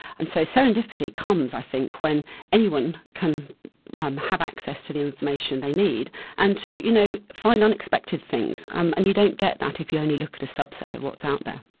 and so serendipity serendipity comes i think when anyone can um have access to the information they need and to you know find unexpected things, um and you don't get that if you only look at a subset of what's out there.